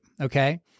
Okay